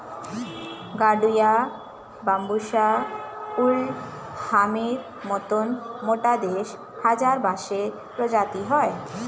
গাডুয়া, বাম্বুষা ওল্ড হামির মতন মোট দশ হাজার বাঁশের প্রজাতি হয়